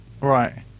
Right